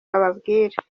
bababwira